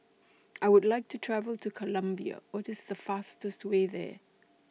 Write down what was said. I Would like to travel to Colombia What IS The fastest Way There